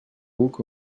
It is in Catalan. buc